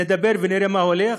נדבר ונראה מה הולך.